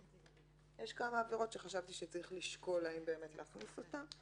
יש כמה עבירות שחשבתי שצריך לשקול האם להכניס אותן.